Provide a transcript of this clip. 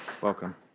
Welcome